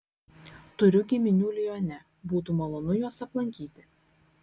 turiu giminių lione būtų malonu juos aplankyti